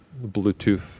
Bluetooth